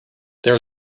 there